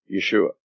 Yeshua